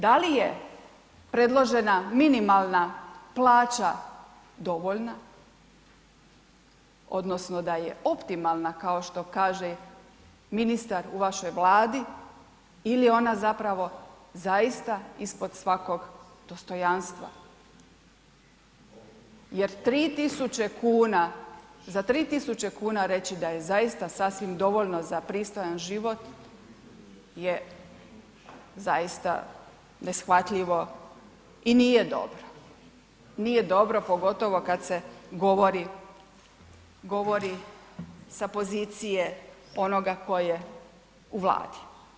Pitanje je da li je predložena minimalna plaća dovoljna odnosno da je optimalna kao što kaže ministar u vašoj Vladi i li je ona zapravo zaista ispod svakog dostojanstva jer 3000 kuna, za 3000 kuna reći da je zaista sasvim dovoljno za pristojan život je zaista neshvatljivo i nije dobro, nije dobro pogotovo kad se govori a pozicije onoga tko je u Vladi.